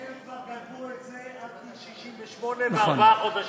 הם כבר כתבו את זה עד גיל 68 וארבעה חודשים,